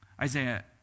Isaiah